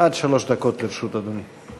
עד שלוש דקות לרשות אדוני.